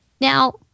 Now